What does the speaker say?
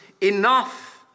enough